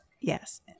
Yes